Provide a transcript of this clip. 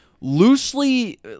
loosely